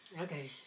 Okay